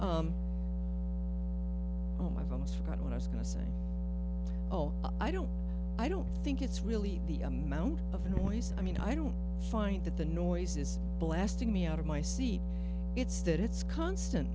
oh my bones forgot what i was going to say oh i don't i don't think it's really the amount of noise i mean i don't find that the noise is blasting me out of my seat it's that it's constant